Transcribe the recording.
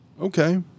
Okay